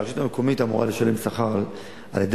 אלא הרשות המקומית אמורה לשלם שכר מהכנסות,